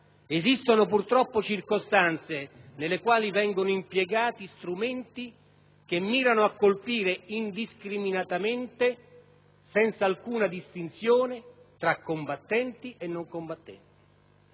esistono purtroppo circostanze nelle quali vengono impiegati strumenti che mirano a colpire indiscriminatamente, senza alcuna distinzione tra combattenti e non combattenti.